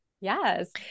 Yes